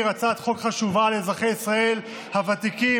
הצעת חוק חשובה לאזרחי ישראל הוותיקים,